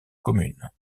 commune